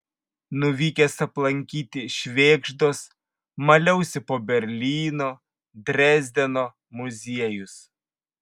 nuvykęs aplankyti švėgždos maliausi po berlyno drezdeno muziejus